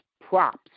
props